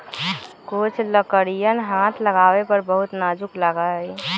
कुछ लकड़ियन हाथ लगावे पर बहुत नाजुक लगा हई